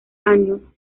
año